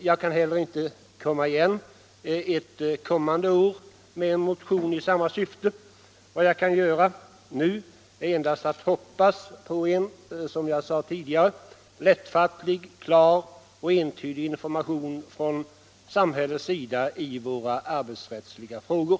Jag kan heller inte komma igen ett kommande år med en motion i samma syfte. Vad jag kan göra nu är endast att hoppas på en, som jag sade tidigare, lättfattlig, klar och entydig information från samhällets sida i våra arbetsrättsliga frågor.